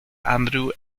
andrew